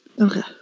Okay